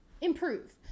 improve